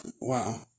Wow